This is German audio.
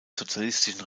sozialistischen